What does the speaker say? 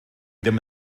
ddim